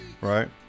Right